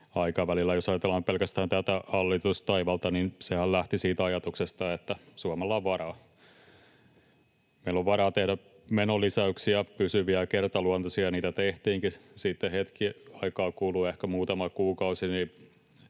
aikavälillä. Jos ajatellaan pelkästään tätä hallitustaivalta, niin sehän lähti siitä ajatuksesta, että Suomella on varaa, että meillä on varaa tehdä menolisäyksiä, pysyviä ja kertaluontoisia, ja niitä tehtiinkin. Sitten hetki aikaa kului, ehkä muutama kuukausi,